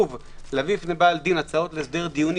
נוגע להביא בפני בעל דין הצעות להסדר דיוני